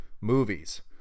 Movies